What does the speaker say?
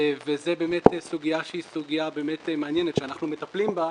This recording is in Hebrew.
וזו באמת סוגיה מעניינת שאנחנו מטפלים בה,